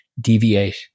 deviate